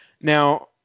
Now